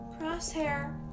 Crosshair